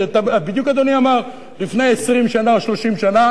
בדיוק אדוני אמר: לפני 20 שנה או 30 שנה